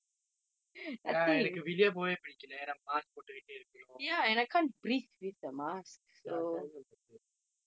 ya எனக்கு வெளிய போவே பிடிக்கலே ஏனா:enakku veliye pove pidikkale aenaa mask போட்டுக்கிட்டு இருக்கணும்:pottukkittu irukkanum ya tell me about it